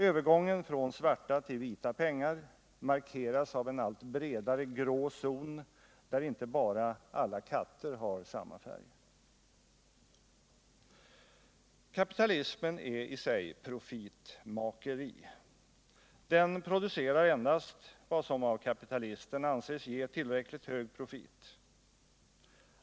Övergången från svarta till vita pengar markeras av en allt bredare grå zon, där inte bara alla katter har samma färg. Kapitalismen är i sig profitmakeri. Den producerar endast vad som av kapitalisten anses ge tillräckligt hög profit.